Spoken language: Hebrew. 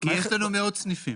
כי יש לנו מאות סניפים.